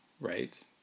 right